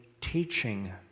teaching